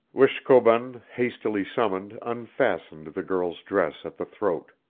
wishkobun, hastily summoned, unfastened the girl's dress at the throat.